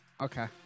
Okay